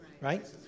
right